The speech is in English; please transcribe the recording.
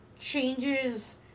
changes